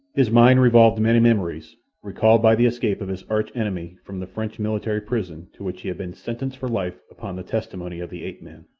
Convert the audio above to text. his mind revolved many memories, recalled by the escape of his arch-enemy from the french military prison to which he had been sentenced for life upon the testimony of the ape-man.